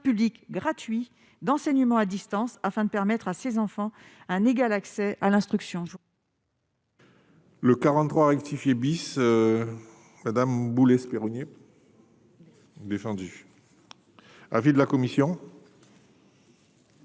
public gratuit d'enseignement à distance afin de permettre à ses enfants un égal accès à l'instruction.